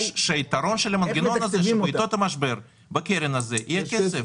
שהיתרון של המנגנון הזה שבעתות משבר בקרן הזו יהיה כסף,